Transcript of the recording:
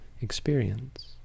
experience